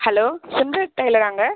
hello singer டைலராங்க